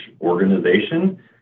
organization